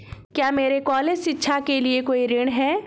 क्या मेरे कॉलेज शिक्षा के लिए कोई ऋण है?